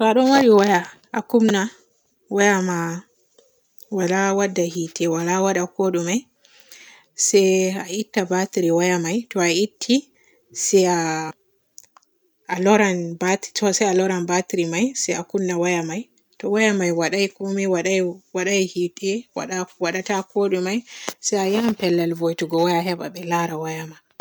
To a ɗon maari waya a kunna waya ma waala wadda yiite waala waada kooɗume se a itta batir waya me,. To a itti se a luran batito se a batir me se kunna waya me. To waya may waaday koome waday waday yiite wada wadata kooɗume se a ya pellel vo'itigo waya heba be laara waya ma